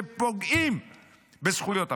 שפוגעים בזכויות הפרט,